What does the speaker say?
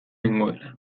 nengoela